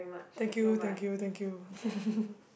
thank you thank you thank you